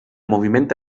moviment